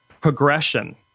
progression